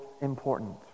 important